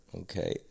Okay